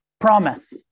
promise